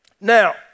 Now